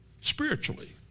spiritually